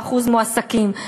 מ-75% מועסקים,